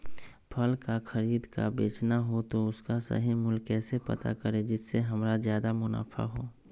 फल का खरीद का बेचना हो तो उसका सही मूल्य कैसे पता करें जिससे हमारा ज्याद मुनाफा हो?